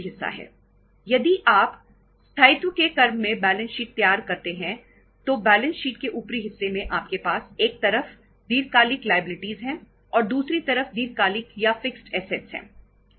यदि आप स्थायित्व के कर्म में बैलेंस शीट तैयार करते हैं तो बैलेंस शीट के ऊपरी हिस्से में आपके पास एक तरफ दीर्घकालिक लायबिलिटीज है और दूसरी तरफ दीर्घकालिक या फिक्स्ड असेट्स है